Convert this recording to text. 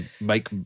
make